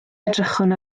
edrychwn